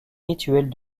rituels